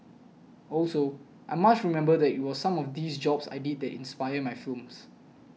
also I must remember that it was some of these jobs I did that inspired my films